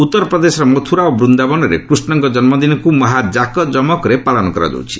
ଉଉରପ୍ରଦେଶର ମଥୁରା ଓ ବୃନ୍ଦାବନରେ କୃଷ୍ଣଙ୍କ ଜନ୍ମଦିନକୁ ମହା ଜାକଜମକରେ ପାଳନ କରାଯାଉଛି